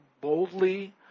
boldly